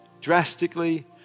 drastically